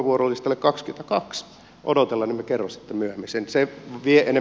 se vie enemmän kuin minuutin aikaa